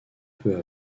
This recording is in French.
peu